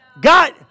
God